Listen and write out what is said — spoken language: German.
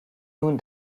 nun